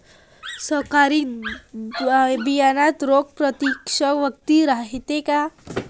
संकरित बियान्यात रोग प्रतिकारशक्ती रायते का?